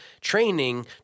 training